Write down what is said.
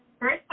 first